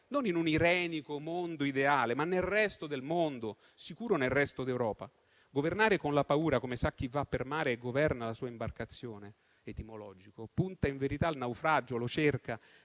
non in un irenico mondo ideale, ma nel resto del mondo; di sicuro, nel resto d'Europa. Governare con la paura, come sa chi va per mare e governa la sua imbarcazione (in senso etimologico), ma punta in verità al naufragio, lo cerca.